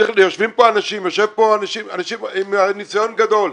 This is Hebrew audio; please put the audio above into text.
יושבים פה אנשים עם ניסיון גדול.